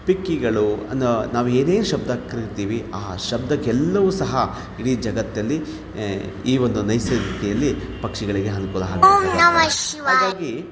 ಪಿಕ್ಕಿಗಳು ಅನ್ನೋ ನಾವು ಏನೇನು ಶಬ್ದ ಕರಿತೀವಿ ಆ ಶಬ್ದ ಎಲ್ಲವೂ ಸಹ ಇಡೀ ಜಗತ್ತಲ್ಲಿ ಈ ಒಂದು ನೈಸರ್ಗಿಕೆಯಲ್ಲಿ ಪಕ್ಷಿಗಳಿಗೆ ಅನುಕೂಲ ಆಗುತ್ತೆ ಹಾಗಾಗಿ